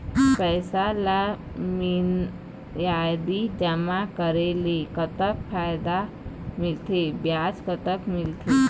पैसा ला मियादी जमा करेले, कतक फायदा मिलथे, ब्याज कतक मिलथे?